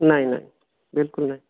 ନାଇଁ ନାଇଁ ବିଲ୍କୁଲ୍ ନାଇଁ